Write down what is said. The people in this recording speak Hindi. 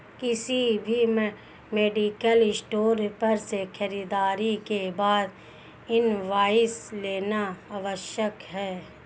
किसी भी मेडिकल स्टोर पर से खरीदारी के बाद इनवॉइस लेना आवश्यक है